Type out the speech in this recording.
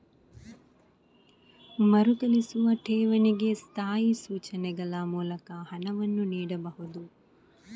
ಮರುಕಳಿಸುವ ಠೇವಣಿಗೆ ಸ್ಥಾಯಿ ಸೂಚನೆಗಳ ಮೂಲಕ ಹಣವನ್ನು ನೀಡಬಹುದು